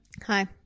Hi